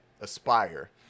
Aspire